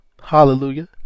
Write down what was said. Hallelujah